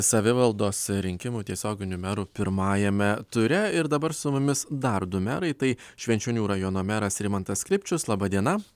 savivaldos rinkimų tiesioginių merų pirmajame ture ir dabar su mumis dar du merai tai švenčionių rajono meras rimantas klipčius laba diena